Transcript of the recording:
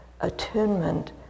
attunement